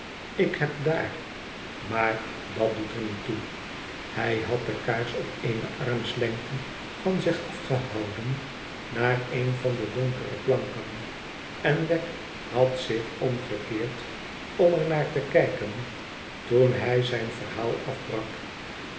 ik heb daar maar dat doet er niet toe hij had de kaars op eene armslengte van zich afgehouden naar een van de donkere planken en wegg had zich omgekeerd om er naar te kijken toen hij zijn verhaal afbrak